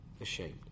ashamed